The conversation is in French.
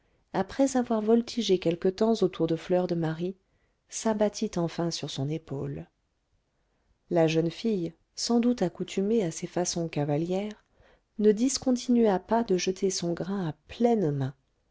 après avoir voltigé quelque temps autour de fleur de marie s'abattit enfin sur son épaule la jeune fille sans doute accoutumée à ces façons cavalières ne discontinua pas de jeter son grain à pleines mains